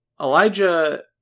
Elijah